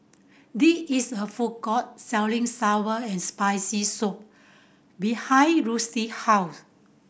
the is a food court selling sour and Spicy Soup behind Rusty house